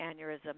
aneurysm